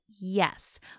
yes